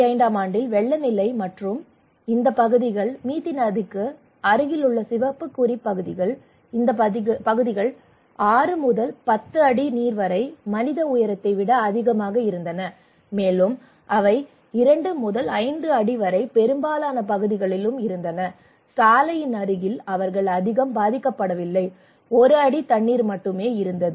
2005 ஆம் ஆண்டில் வெள்ள நிலை மற்றும் இந்த பகுதிகள் மிதி நதிக்கு அருகிலுள்ள சிவப்பு குறி பகுதிகள் இந்த பகுதிகள் ஆறு முதல் பத்து அடி நீர்வரை மனித உயரத்தை விட அதிகமாக இருந்தன மேலும் அவை இரண்டு முதல் ஐந்து அடி வரை பெரும்பாலான பகுதிகளிலும் இருந்தன சாலையின் அருகில் அவர்கள் அதிகம் பாதிக்கப்படவில்லை ஒரு அடி தண்ணீர் மட்டுமே இருந்தது